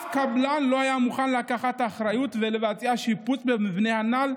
שום קבלן לא היה מוכן לקחת אחריות ולבצע שיפוץ במבנה הנ"ל,